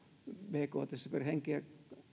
bktssä henkeä